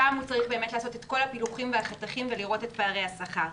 שם הוא צריך באמת לעשות את כל הפילוחים והחתכים ולראות את פערי השכר.